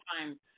time